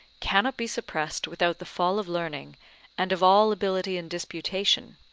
cannot be suppressed without the fall of learning and of all ability in disputation,